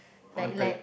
on pre~